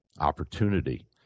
opportunity